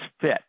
fit